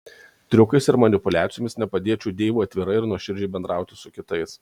triukais ir manipuliacijomis nepadėčiau deivui atvirai ir nuoširdžiai bendrauti su kitais